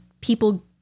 people